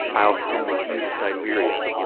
i'll come with you to siberia.